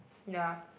ya